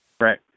Right